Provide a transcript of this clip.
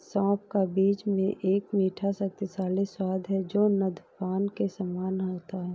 सौंफ का बीज में एक मीठा, शक्तिशाली स्वाद है जो नद्यपान के समान है